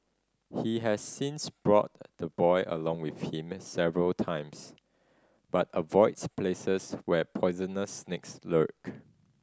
he has since brought the boy along with him several times but avoids places where poisonous snakes lurk